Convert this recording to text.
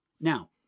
Now